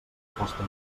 posta